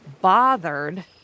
Bothered